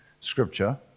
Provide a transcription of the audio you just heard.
scripture